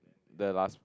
the last